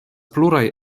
pluraj